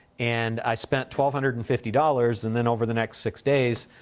and, i spent twelve hundred and fifty dollars, and then over the next six days,